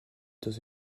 dans